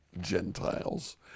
Gentiles